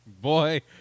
Boy